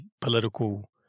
political